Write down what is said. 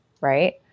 Right